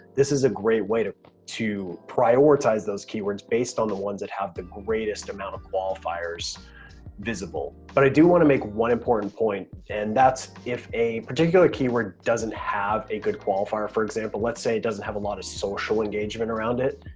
this is a great way to to prioritize those keywords based on the ones that have the greatest amount of qualifiers visible. but i do wanna make one important point. and that's if a particular keyword doesn't have a good qualifier, for example, let's say it doesn't have a lot of social engagement around it,